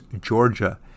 Georgia